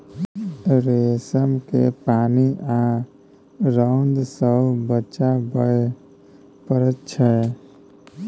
रेशम केँ पानि आ रौद सँ बचाबय पड़इ छै